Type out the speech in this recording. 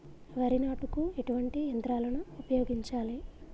వరి నాటుకు ఎటువంటి యంత్రాలను ఉపయోగించాలే?